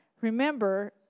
Remember